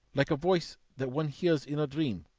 like a voice that one hears in a dream,